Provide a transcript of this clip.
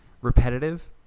repetitive